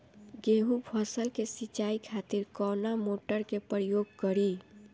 गेहूं फसल के सिंचाई खातिर कवना मोटर के प्रयोग करी?